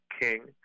king